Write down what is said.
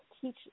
teach